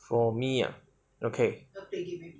for me ah okay